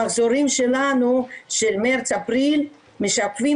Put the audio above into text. המחזורים שלנו של מרץ-אפריל משקפים